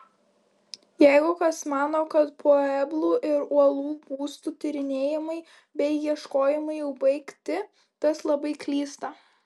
jeigu kas mano kad pueblų ir uolų būstų tyrinėjimai bei ieškojimai jau baigti tas labai klysta